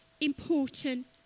important